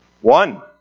One